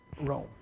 Rome